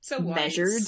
measured